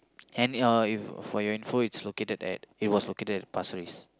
and uh if for your info it's located at it was located at Pasir-Ris